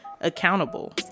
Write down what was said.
accountable